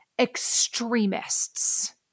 extremists